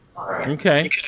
Okay